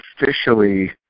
officially